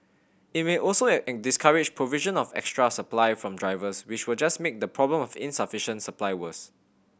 it may also discourage provision of extra supply from drivers which will just make the problem of insufficient supply worse